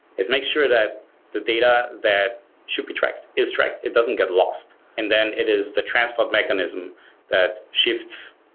it makes sure that ah the data that should be tracked is tracked, it doesn't get lost and then it is the transport mechanism that shifts,